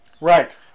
Right